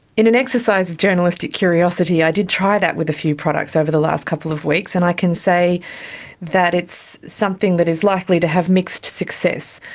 in an exercise of journalistic curiosity, i did try that with a few products over the last couple of weeks and i can say that it's something that is likely to have mixed success.